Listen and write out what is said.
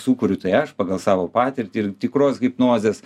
sukuriu tai aš pagal savo patirtį ir tikros hipnozės